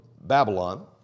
Babylon